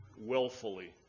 willfully